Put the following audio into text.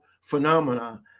phenomena